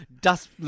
dust